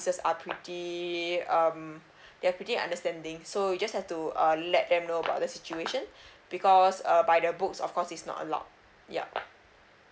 are pretty um they're pretty understanding so you just have to uh let them know about this situation because err by the books of course is not allowed yup